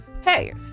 hey